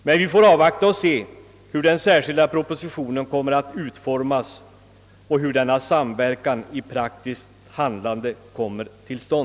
Vi får avvakta och se hur denna samverkan i praktiskt handlande föreslås utformad i den kommande propositionen.